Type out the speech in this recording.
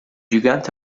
gigante